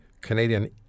Canadian